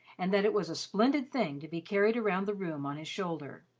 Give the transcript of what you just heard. and that it was a splendid thing to be carried around the room on his shoulder.